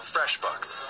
FreshBooks